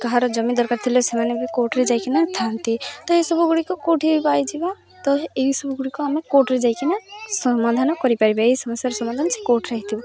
କାହାର ଜମି ଦରକାର ଥିଲେ ସେମାନେ ବି କୋର୍ଟରେ ଯାଇକିନା ଥାଆନ୍ତି ତ ଏସବୁ ଗୁଡ଼ିକ କେଉଁଠି ପାଇଯିବା ତ ଏହିସବୁ ଗୁଡ଼ିକ ଆମେ କୋର୍ଟରେ ଯାଇକରିନା ସମାଧାନ କରିପାରିବା ଏହି ସମସ୍ୟାର ସମାଧାନ ସେ କୋର୍ଟରେ ହୋଇଥିବ